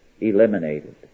eliminated